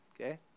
Okay